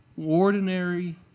ordinary